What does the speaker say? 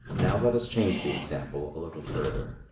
now let us change the example a little further.